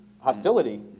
hostility